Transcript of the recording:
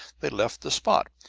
they left the spot,